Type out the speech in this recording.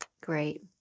Great